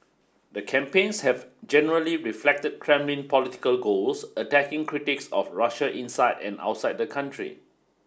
the campaigns have generally reflected Kremlin political goals attacking critics of Russia inside and outside the country